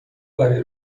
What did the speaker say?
برای